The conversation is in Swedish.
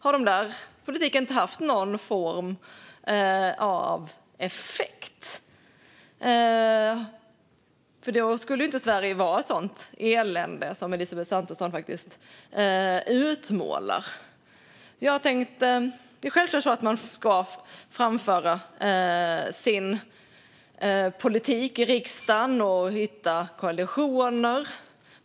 Har den där politiken inte haft någon form av effekt? I så fall skulle ju inte Sverige vara ett sådant elände som Elisabeth Svensson faktiskt utmålar. Det är självklart att man ska framföra sin politik i riksdagen och hitta koalitioner.